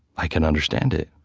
i can understand it.